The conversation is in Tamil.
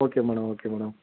okay madam okay madam